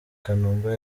kanumba